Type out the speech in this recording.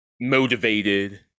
motivated